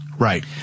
Right